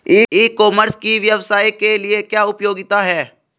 ई commerce की व्यवसाय के लिए क्या उपयोगिता है?